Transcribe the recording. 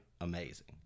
amazing